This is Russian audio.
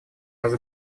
раз